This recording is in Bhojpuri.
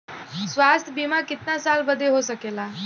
स्वास्थ्य बीमा कितना साल बदे हो सकेला?